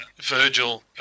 Virgil